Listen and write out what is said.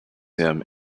him